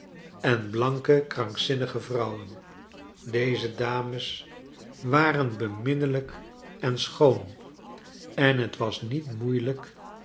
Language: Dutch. en blanke krankzinnige vrouwen deze dames waren beminnelyk en schoon en twas niet moeielijk